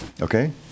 Okay